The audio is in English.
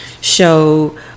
show